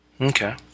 Okay